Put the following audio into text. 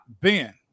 Ben